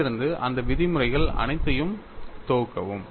அதிலிருந்து அந்த விதிமுறைகள் அனைத்தையும் தொகுக்கவும்